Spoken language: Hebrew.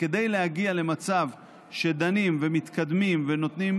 וכדי להגיע למצב שדנים ומתקדמים ונותנים